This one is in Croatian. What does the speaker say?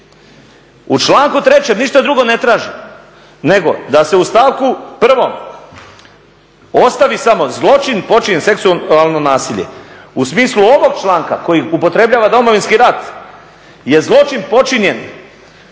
U članku 3., ništa drugo ne tražimo, nego da se u stavku 1. ostavi samo zločin počinjen seksualno nasilje. U smislu ovog članka koji upotrebljava Domovinski rat je zločin počinjen u velikosrpskoj